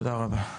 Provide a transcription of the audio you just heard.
תודה רבה.